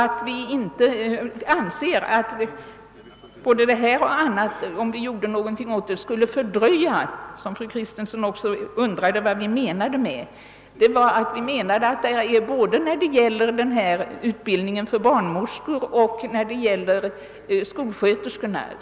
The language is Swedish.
Fru Kristensson undrade vad vi menade med att vi inte skulle fördröja utbildningen för barnmorskor och skolsköterskor.